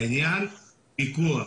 העניין הוא הפיקוח.